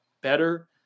better